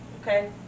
Okay